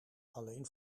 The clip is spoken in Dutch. alleen